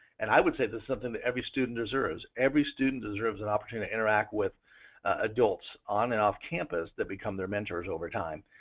and i would say this is something that every students deserves, every student deserves an opportunity to interact with adults on and off campus that become their mentors over time.